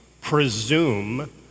presume